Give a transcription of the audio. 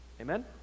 Amen